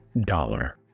dollar